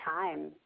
time